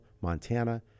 Montana